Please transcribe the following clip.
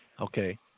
Okay